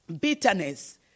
bitterness